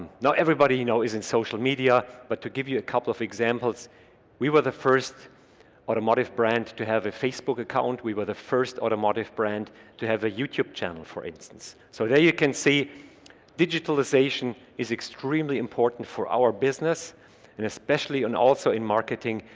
now everybody you know is in social media, but to give you a couple of examples we were the first automotive brand to have a facebook account we were the first automotive brand to have a youtube channel for instance so there you can see digitalization is extremely important for our business and especially on also in marketing.